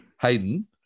Hayden